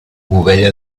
ovella